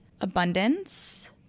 abundance